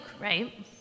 right